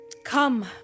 Come